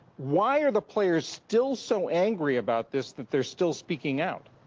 why are the players still so angry about this, that they're still speaking out?